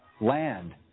Land